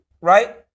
Right